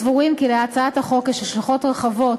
אנו סבורים כי להצעת החוק יש השלכות רחבות,